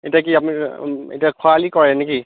এতিয়া কি আপুনি এতিয়া খৰালি কৰে নেকি